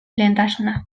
lehentasuna